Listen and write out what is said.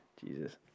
Jesus